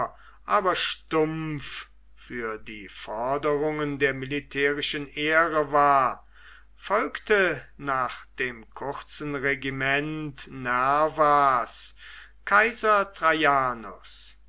aber stumpf für die forderungen der militärischen ehre war folgte nach dem kurzen regiment nervas kaiser